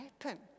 happen